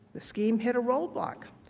the scheme hit a roadblock.